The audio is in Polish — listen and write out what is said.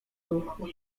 duchu